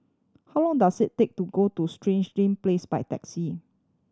how long does it take to get to Stangee Ting Place by taxi